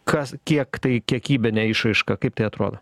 kas kiek tai kiekybine išraiška kaip tai atrodo